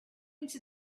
into